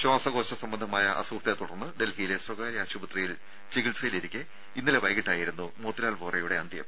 ശ്വാസകോശ സംബന്ധമായ അസുഖത്തെ തുടർന്ന് ഡൽഹിയിലെ സ്വകാര്യ ആശുപത്രിയിൽ ചികിത്സയിലിരിക്കെ ഇന്നലെ വൈകീട്ടായിരുന്നു മോത്തിലാൽ വോറയുടെ അന്ത്യം